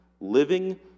living